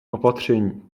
opatření